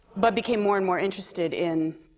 but became more and more interested in